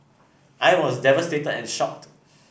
I was devastated and shocked